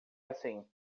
assim